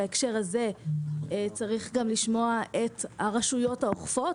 בהקשר הזה צריך גם לשמוע את הרשויות האוכפות,